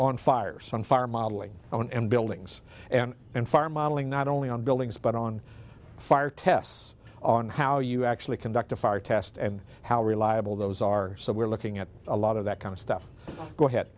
on fire some fire modeling on and buildings and fire modeling not only on buildings but on fire tests on how you actually conduct a fire test and how reliable those are so we're looking at a lot of that kind of stuff go ahead